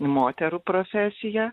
moterų profesija